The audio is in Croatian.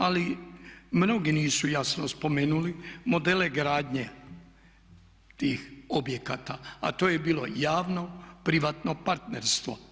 Ali mnogi nisu jasno spomenuli modele gradnje tih objekata, a to je bilo javno-privatno partnerstvo.